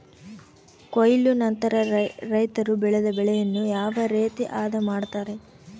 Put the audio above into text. ಕೊಯ್ಲು ನಂತರ ರೈತರು ಬೆಳೆದ ಬೆಳೆಯನ್ನು ಯಾವ ರೇತಿ ಆದ ಮಾಡ್ತಾರೆ?